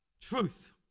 truth